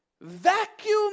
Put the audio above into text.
vacuum